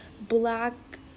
black